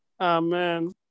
amen